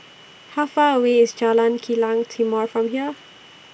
How Far away IS Jalan Kilang Timor from here